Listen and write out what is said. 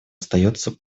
остается